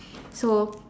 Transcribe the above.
so